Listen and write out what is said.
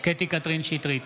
קטי קטרין שטרית,